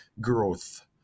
growth